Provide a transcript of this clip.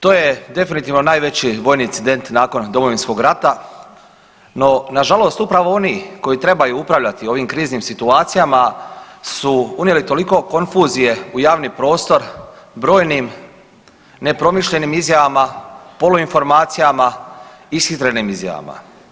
To je definitivno najveći vojni incident nakon Domovinskog rata, no nažalost upravo oni koji trebaju upravljati ovim kriznim situacijama su unijeli toliko konfuzije u javni prostor brojnim nepromišljenim izjavama, poluinformacijama, ishitrenim izjavama.